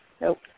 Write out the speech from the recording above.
Nope